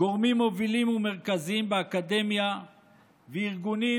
גורמים מובילים ומרכזיים באקדמיה וארגונים